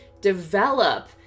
Develop